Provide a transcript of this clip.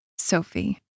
Sophie